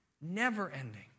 never-ending